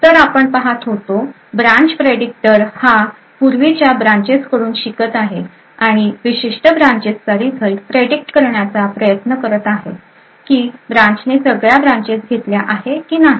तर आपण पहात आहोत ब्रांच प्रेडिक्टर हा पूर्वीच्या ब्रांचेस कडून शिकत आहे आणि विशिष्ट ब्रांचेस चा रिझल्ट प्रेडिक्ट करण्याचा प्रयत्न करत आहे की ब्रांचने सगळ्या ब्रांचेस घेतल्या आहे की नाही